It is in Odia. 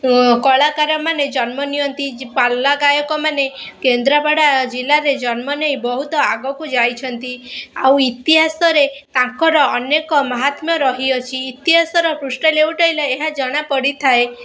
କଳାକାରମାନେ ଜନ୍ମ ନିଅନ୍ତି ପାଲା ଗାୟକମାନେ କେନ୍ଦ୍ରାପଡ଼ା ଜିଲ୍ଲାରେ ଜନ୍ମ ନେଇ ବହୁତ ଆଗକୁ ଯାଇଛନ୍ତି ଆଉ ଇତିହାସରେ ତାଙ୍କର ଅନେକ ମାହାତ୍ମ୍ୟ ରହିଅଛି ଇତିହାସର ପୃଷ୍ଠା ଲେଉଟାଇଲେ ଏହା ଜଣା ପଡ଼ିଥାଏ